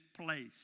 place